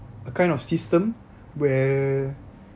a kind of system where